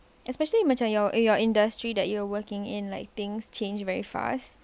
especially macam your in your industry that you are working in like things change very fast